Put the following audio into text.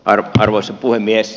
arvoisa puhemies